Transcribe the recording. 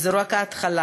וזו רק ההתחלה.